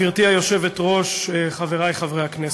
גברתי היושבת-ראש, תודה, חברי חברי הכנסת,